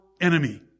enemy